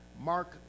Mark